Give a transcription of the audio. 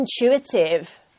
intuitive